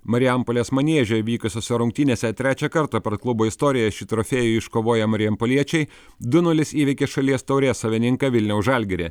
marijampolės maniežėj vykusiose rungtynėse trečią kartą per klubo istoriją šį trofėjų iškovoję marijampoliečiai du nulis įveikė šalies taurės savininką vilniaus žalgirį